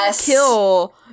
kill